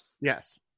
Yes